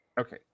Okay